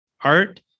art